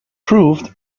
proved